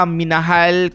minahal